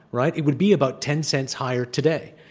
right, it would be about ten cents higher today.